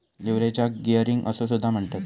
लीव्हरेजाक गियरिंग असो सुद्धा म्हणतत